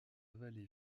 avalé